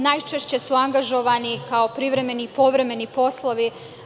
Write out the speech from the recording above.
Najčešće su angažovani kao privremeni i povremeni poslovi.